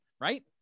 right